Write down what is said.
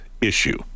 issue